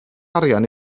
arian